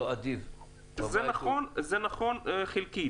זה נכון חלקית.